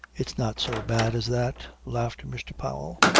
it's not so bad as that, laughed mr. powell,